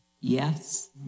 Yes